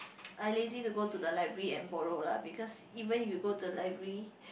I lazy to go to the library and borrow lah because even if you go to the library